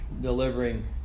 delivering